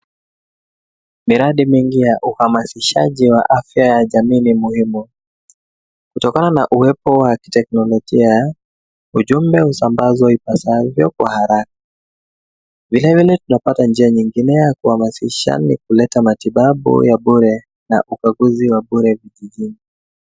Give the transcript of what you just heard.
Miradi nyingi ya uhamasishaji wa afya ya jamii ni muhimu, kutokana na uwepo wa kiteknolojia, ujumbe husambazwa ipaswavyo kwa haraka. Vilevile tunapata njia nyingine ya kuhamasisha na kuleta matibabu ya bure na ukaguzi wa bure vijijini.